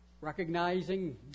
Recognizing